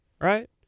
right